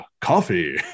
coffee